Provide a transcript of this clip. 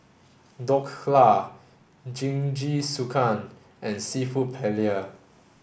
Dhokla Jingisukan and Seafood Paella